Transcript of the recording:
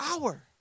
hour